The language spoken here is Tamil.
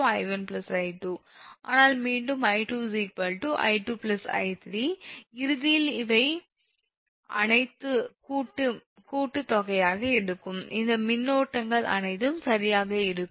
ஆனால் மீண்டும் 𝐼2 𝑖2𝐼3 இறுதியில் இவை அனைத்தின் கூட்டுத்தொகையாக இருக்கும் இந்த மின்னோட்டங்கள் அனைத்தும் சரியாக இருக்கும்